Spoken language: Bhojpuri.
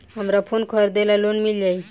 हमरा फोन खरीदे ला लोन मिल जायी?